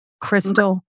Crystal